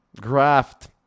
graft